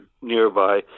nearby